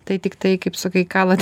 tai tik tai kaip sakai kalat